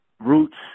Roots